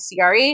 CRE